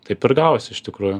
taip ir gavosi iš tikrųjų